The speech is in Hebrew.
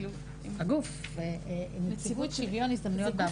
הגוף, נציבות שוויון הזדמנויות בעבודה.